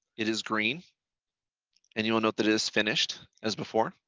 it is green and you will note that is finished as before.